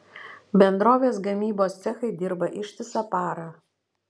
bendrovės gamybos cechai dirba ištisą parą